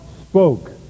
spoke